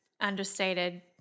understated